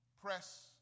Press